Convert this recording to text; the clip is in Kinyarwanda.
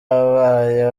abaye